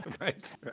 Right